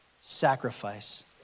sacrifice